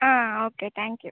ಹಾಂ okay thank you